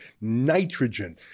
nitrogen